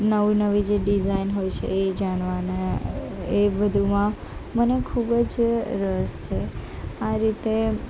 નવી નવી જે ડિઝાઇન હોય છે એ જાણવાને એ બધુમાં મને ખૂબ જ રસ છે આ રીતે